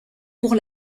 pour